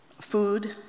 Food